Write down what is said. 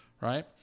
right